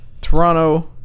Toronto